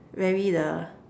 very the